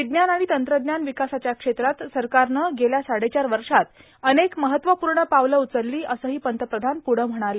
विज्ञान आणि तंत्रज्ञान विकासाच्या क्षेत्रात सरकारनं गेल्या साडेचार वर्षात अनेक महत्वपूर्ण पावलं उचलली असंही पंतप्रधान प्ढं म्हणाले